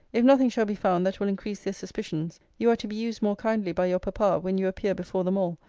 if nothing shall be found that will increase their suspicions, you are to be used more kindly by your papa when you appear before them all,